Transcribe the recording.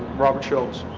robert l.